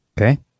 Okay